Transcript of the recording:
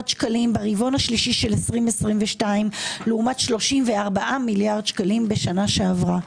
שקלים ברבעון השלישי של 2022 לעומת 34 מיליארד שקלים בשנה שעברה.